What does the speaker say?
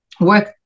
work